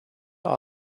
all